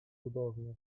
cudownie